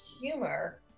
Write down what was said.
humor